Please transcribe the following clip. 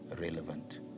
relevant